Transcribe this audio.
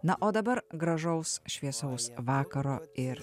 na o dabar gražaus šviesaus vakaro ir